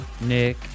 Nick